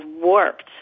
warped